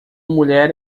mulher